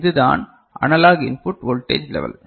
இது தான் analog input voltage level